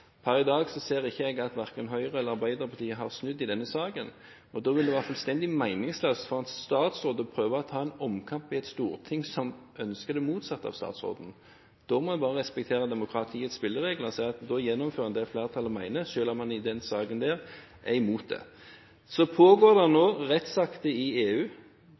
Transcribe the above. Per i dag ser jeg ikke at verken Høyre eller Arbeiderpartiet har snudd i denne saken, og da ville det være fullstendig meningsløst av en statsråd å prøve å ta en omkamp i et storting som ønsker det motsatte av statsråden. Da må en bare respektere demokratiets spilleregler og si at en gjennomfører det flertallet mener, selv om en i den saken er imot. Så pågår det nå behandling av rettsakter i EU.